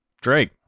Drake